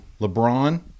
LeBron